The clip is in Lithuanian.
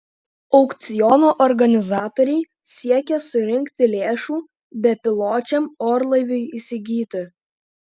aukciono organizatoriai siekia surinkti lėšų bepiločiam orlaiviui įsigyti